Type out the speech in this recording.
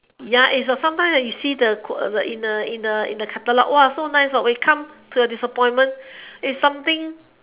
ya it's a sometimes when you see the in the in the in the catalogue so nice know when it comes it's a disappointment it's a something